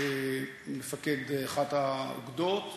מפקד אחת האוגדות,